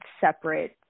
separate